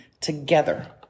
together